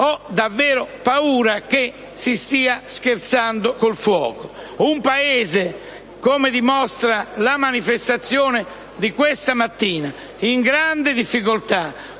ho davvero paura che si stia scherzando con il fuoco. Il Paese, come dimostra la manifestazione di questa mattina, in grande difficoltà,